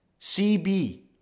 CB